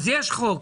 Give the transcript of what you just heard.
יש חוק,